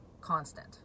Constant